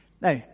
Now